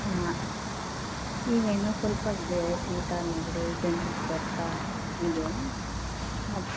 ಹಾಂ ಈಗ ಇನ್ನೂ ಸ್ವಲ್ಪ ಇದೆ ಶೀತ ನೆಗಡಿ ಗಂಟ್ಲು ಕೆರೆತ ಇದೆ ಅದು